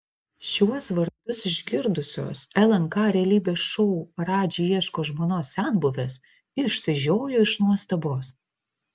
šiuos vardus išgirdusios lnk realybės šou radži ieško žmonos senbuvės išsižiojo iš nuostabos